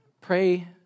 pray